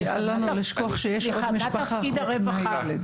סליחה, מה תפקיד הרווחה?